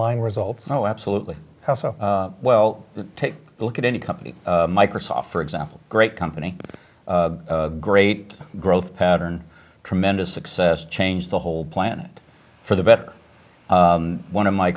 line results oh absolutely how so well take a look at any company microsoft for example great company great growth pattern tremendous success changed the whole planet for the better one of my